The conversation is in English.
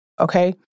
okay